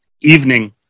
evening